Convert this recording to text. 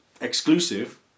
exclusive